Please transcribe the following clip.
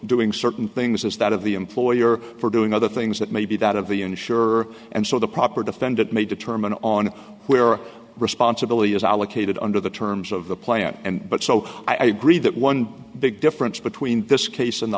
doing certain things is that of the employer for doing other things that may be that of the insurer and so the proper defendant may determine on where responsibility is allocated under the terms of the plan and but so i agree that one big difference between this case and the